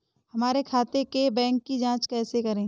हमारे खाते के बैंक की जाँच कैसे करें?